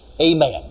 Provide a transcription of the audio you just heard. amen